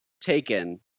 taken